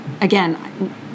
again